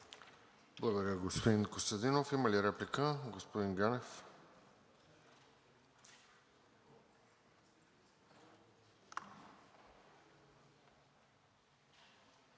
Благодаря, господин Костадинов. Има ли реплика? Господин Ганев.